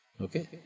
okay